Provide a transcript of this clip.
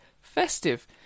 Festive